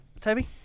Toby